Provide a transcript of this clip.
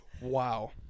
wow